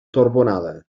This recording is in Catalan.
torbonada